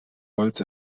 holz